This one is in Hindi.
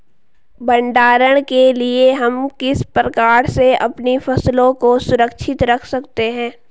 भंडारण के लिए हम किस प्रकार से अपनी फसलों को सुरक्षित रख सकते हैं?